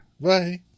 Bye